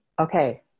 okay